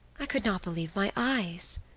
i could not believe my eyes.